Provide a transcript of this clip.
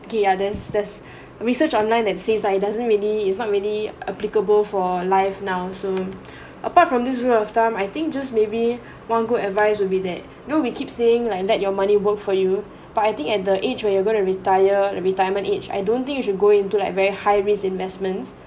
the others there's research online that says it doesn't really it's not really applicable for life now soon apart from this rule of thumb I think just maybe one good advice will be that you know we keep seeing like let your money work for you but I think at the age where you're gonna retire retirement age I don't think you should go into like very high risk investments